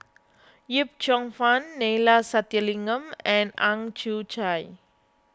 Yip Cheong Fun Neila Sathyalingam and Ang Chwee Chai